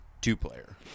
two-player